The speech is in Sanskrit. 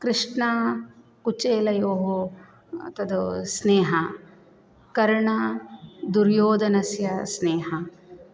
कृष्णकुचेलयोः तत् स्नेहः कर्णादुर्योधनयोः स्नेहः